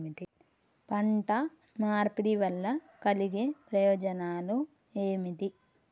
పంట మార్పిడి వల్ల కలిగే ప్రయోజనాలు ఏమిటి?